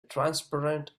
transparent